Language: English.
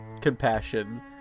compassion